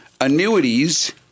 annuities